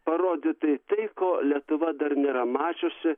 parodyti tai ko lietuva dar nėra mačiusi